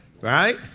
right